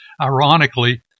ironically